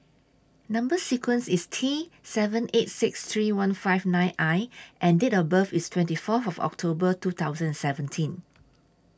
Number sequence IS T seven eight six three one five nine I and Date of birth IS twenty four of October two thousand seventeen